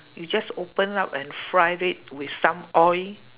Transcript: you just open up and fry it with some oil